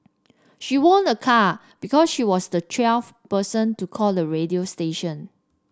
she won a car because she was the twelfth person to call the radio station